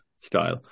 style